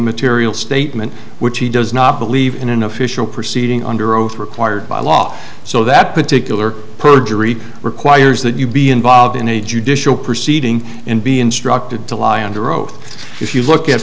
material statement which he does not believe in an official proceeding under oath required by law so that particular perjury requires that you be involved in a judicial proceeding and be instructed to lie under oath if you look at